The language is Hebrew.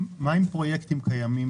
מה עם פרויקטים קיימים?